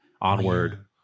Onward